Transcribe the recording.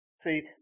See